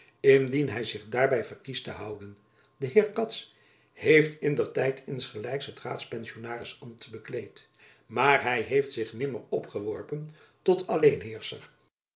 indien hy zich daarby verkiest te houden de heer cats jacob van lennep elizabeth musch heeft in der tijd insgelijks het raadpensionaris ambt bekleed maar hy heeft zich nimmer opgeworpen tot